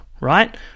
right